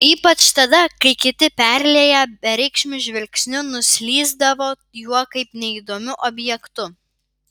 ypač tada kai kiti perlieję bereikšmiu žvilgsniu nuslysdavo juo kaip neįdomiu objektu